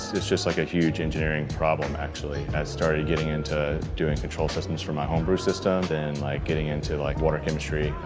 it's just like a huge engineering problem actually. i started getting into doing control systems for my homebrew system then like getting into like water chemistry,